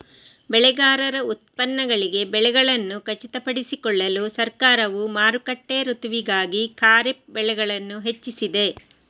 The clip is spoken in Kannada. ಬೆಳೆಗಾರರ ಉತ್ಪನ್ನಗಳಿಗೆ ಬೆಲೆಗಳನ್ನು ಖಚಿತಪಡಿಸಿಕೊಳ್ಳಲು ಸರ್ಕಾರವು ಮಾರುಕಟ್ಟೆ ಋತುವಿಗಾಗಿ ಖಾರಿಫ್ ಬೆಳೆಗಳನ್ನು ಹೆಚ್ಚಿಸಿದೆ